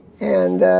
and